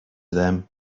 them